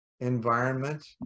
environment